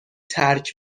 ترک